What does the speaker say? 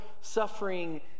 suffering